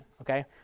okay